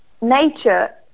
nature